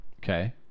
Okay